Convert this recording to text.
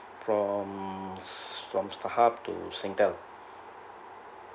from from Starhub to Singtel